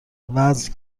وزن